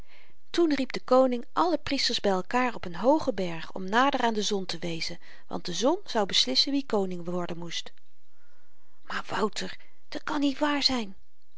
toen riep de koning alle priesters by elkaar op een hoogen berg om nader aan de zon te wezen want de zon zou beslissen wie koning worden moest maar wouter dat kan niet waar zyn